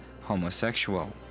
homosexual